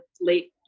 late